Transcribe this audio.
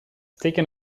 taken